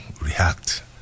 react